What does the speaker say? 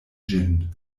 ĝin